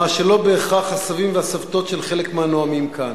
מה שלא בהכרח הסבים והסבתות של חלק מהנואמים כאן.